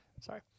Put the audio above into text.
Sorry